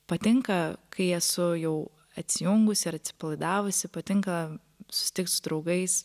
patinka kai esu jau atsijungusi ir atsipalaidavusi patinka susitikt su draugais